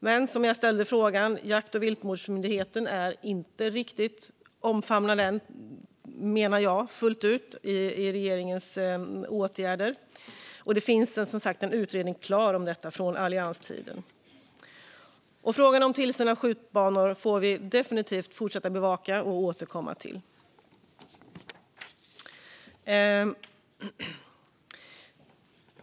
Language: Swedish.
Men som jag sa i min fråga är förslaget om en jakt och viltvårdsmyndighet inget som man i regeringen fullt ut har omfamnat än. Det finns som sagt en klar utredning om detta från allianstiden. Frågan om tillsyn av skjutbanor får vi definitivt fortsätta att bevaka och återkomma till.